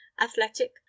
athletic